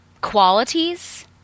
qualities